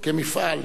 כמפעל.